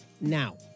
now